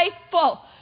faithful